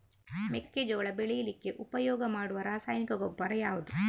ಮೆಕ್ಕೆಜೋಳ ಬೆಳೀಲಿಕ್ಕೆ ಉಪಯೋಗ ಮಾಡುವ ರಾಸಾಯನಿಕ ಗೊಬ್ಬರ ಯಾವುದು?